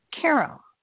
Carol